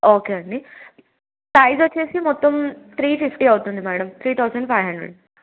okay అండి price వచ్చేసి మొత్తం త్రీ ఫిఫ్టీ అవుతుంది madam three thousand five hundred